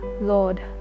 Lord